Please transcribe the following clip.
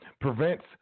Prevents